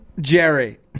Jerry